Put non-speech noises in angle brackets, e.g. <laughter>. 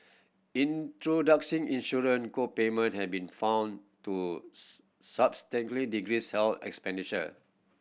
introducing insurance co payment have been found to <unintelligible> substantially decrease health expenditure